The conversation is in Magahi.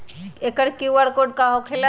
एकर कियु.आर कोड का होकेला?